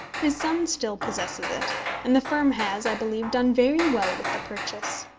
his son still possesses it, and the firm has, i believe, done very well with the purchase.